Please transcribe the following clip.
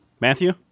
Matthew